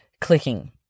clicking